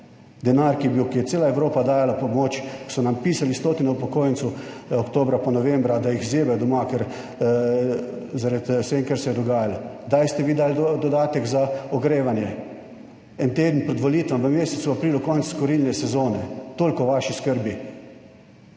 Denar, ki je bil, ki je cela Evropa dajala pomoč, so nam pisali, stotine upokojencev, oktobra pa novembra, da jih zebe doma, ker, zaradi vsega, kar se je dogajalo. Kdaj ste vi dali dodatek za ogrevanje? 1 teden pred volitvami, v mesecu aprilu, konec kurilne sezone. Toliko o vaši skrbi,